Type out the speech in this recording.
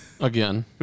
Again